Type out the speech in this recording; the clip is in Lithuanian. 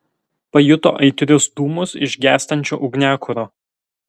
pajuto aitrius dūmus iš gęstančio ugniakuro